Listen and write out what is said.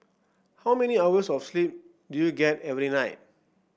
how many hours of sleep do you get every night